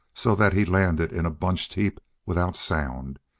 so that he landed in a bunched heap, without sound,